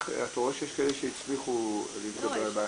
אתה רואה שיש כאלה שהצליחו להתגבר על הבעיה.